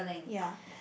ya